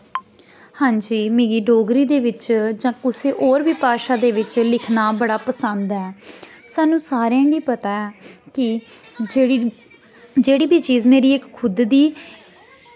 हां जी मिकी डोगरी दे बिच्च जां कुसे होर बी भाशा दे बिच्च लिखना बड़ा पसंद ऐ साह्नू सारें गी पता ऐ कि जेह्ड़ी जेह्ड़ी बी चीज मेरी इक खुध्द दी